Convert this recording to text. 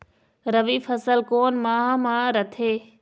रबी फसल कोन माह म रथे?